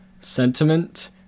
sentiment